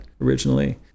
originally